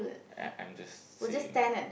I I'm just saying